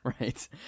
Right